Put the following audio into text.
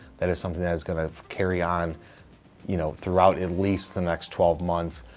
that is something that is going to carry on you know throughout at least the next twelve months,